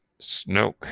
Snoke